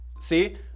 See